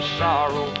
sorrow